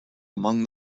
among